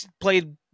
played